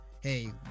hey